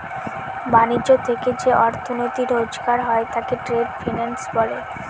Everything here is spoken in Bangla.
ব্যাণিজ্য থেকে যে অর্থনীতি রোজগার হয় তাকে ট্রেড ফিন্যান্স বলে